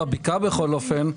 בבקעה בכל אופן,